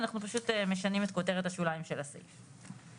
אנחנו פשוט משנים את כותרת השוליים של הסעיף הזה.